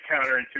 counterintuitive